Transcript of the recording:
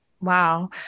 Wow